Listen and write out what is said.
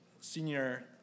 senior